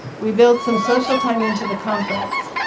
we built some social time into the conference.